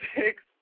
six